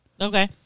Okay